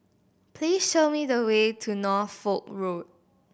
please show me the way to Norfolk Road